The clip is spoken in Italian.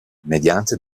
mediante